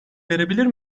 verebilir